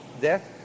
death